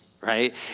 right